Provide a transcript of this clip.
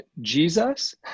Jesus